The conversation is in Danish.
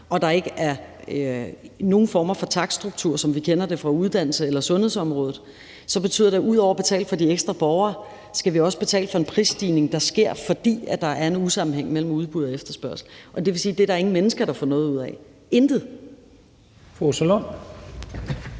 og der ikke er nogen former for takststruktur, som vi kender det fra uddannelses- eller sundhedsområdet, så betyder det, at udover at betale for de ekstra borgere, skal vi også betale for en prisstigning, der sker, fordi der er en manglende sammenhæng mellem udbud og efterspørgsel, og det er der ingen mennesker, der får noget ud af – intet.